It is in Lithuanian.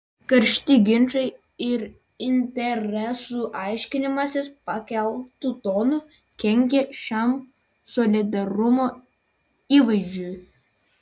karšti ginčai ir interesų aiškinimasis pakeltu tonu kenkia šiam solidarumo įvaizdžiui